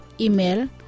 Email